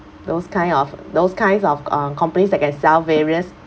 those kind of those kinds of uh companies that can sell various